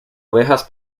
ovejas